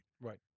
Right